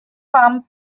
pump